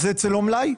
כי אז זה מלאי.